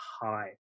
high